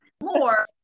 more